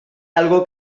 algo